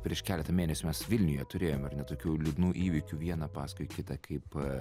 prieš keletą mėnesių mes vilniuje turėjome ir ne tokių liūdnų įvykių vieną paskui kitą kaip